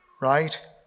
Right